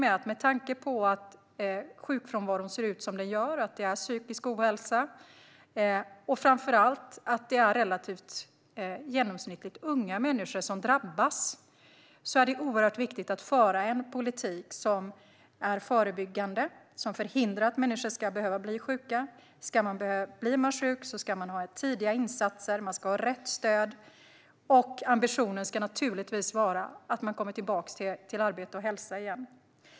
Med tanke på att sjukfrånvaron ser ut som den gör - det är psykisk ohälsa, och framför allt är det genomsnittligt relativt unga människor som drabbas - är det oerhört viktigt att föra en politik som är förebyggande och som förhindrar att människor blir sjuka. Blir man sjuk ska man ha tidiga insatser. Man ska ha rätt stöd. Ambitionen ska naturligtvis vara att människor ska komma tillbaka till arbete och hälsa igen.